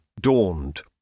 dawned